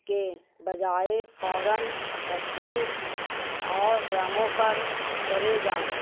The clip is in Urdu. کے بجائے فوراً تفصیل اور رنگوں پر چلے جانا